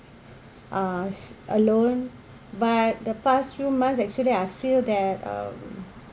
uh alone but the past few months actually I feel that um